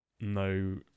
no